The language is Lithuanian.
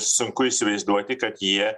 sunku įsivaizduoti kad jie